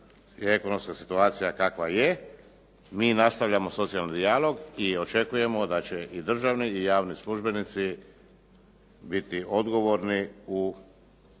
ekonomska situacija kakva je, mi nastavljamo socijalni dijalog i očekujemo da će i državni i javni službenici biti odgovorni u